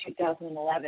2011